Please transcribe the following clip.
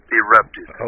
erupted